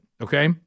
okay